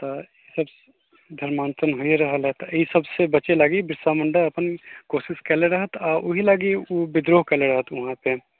तऽ सब धर्मान्तरण होइए रहल हइ तऽ ई सबसँ बचै लागी बिरसा मुण्डा अपन कोशिश कएले रहथि ओहि लागी ओ विद्रोह कएले रहथि वहाँसँ